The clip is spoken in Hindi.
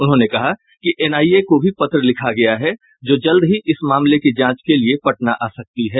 उन्होंने कहा कि एनआईए को भी पत्र लिखा गया है जो जल्द ही इस मामले की जांच के लिये पटना आ सकती है